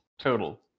total